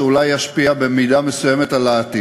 שאולי ישפיע במידה מסוימת על העתיד.